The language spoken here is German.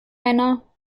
einer